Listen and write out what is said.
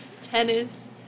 tennis